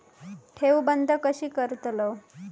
ठेव बंद कशी करतलव?